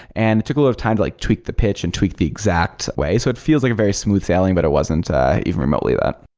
and took a lot of time to like tweak the pitch and tweak the exact way. so it feels like a very smooth sailing, but it wasn't even remotely that.